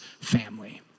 family